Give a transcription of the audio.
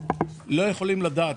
ולא ניתן לדעת.